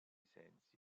sensi